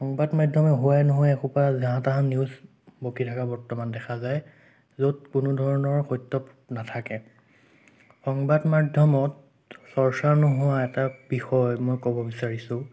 সংবাদ মাধ্যমে হোৱাই নোহোৱাই এসোপা যাহা তাহা নিউজ বকি থকা বৰ্তমান দেখা যায় য'ত কোনোধৰণৰ সত্য নাথাকে সংবাদ মাধ্যমত চৰ্চা নোহোৱা এটা বিষয় মই ক'ব বিচাৰিছোঁ